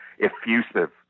effusive